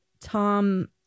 Tom